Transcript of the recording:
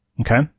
Okay